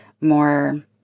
More